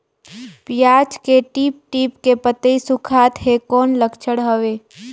पियाज के टीप टीप के पतई सुखात हे कौन लक्षण हवे?